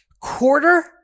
quarter